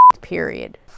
period